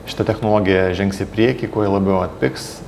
šita technologija žengs į priekį kuo ji labiau atpigs